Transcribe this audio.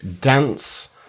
dance